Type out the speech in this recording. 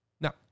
Now